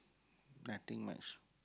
nothing much